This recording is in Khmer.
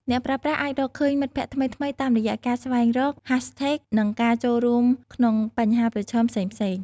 អ្នកប្រើប្រាស់អាចរកឃើញមិត្តភក្តិថ្មីៗតាមរយៈការស្វែងរក ហាសថេក និងការចូលរួមក្នុង បញ្ហាប្រឈមផ្សេងៗ។